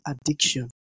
addiction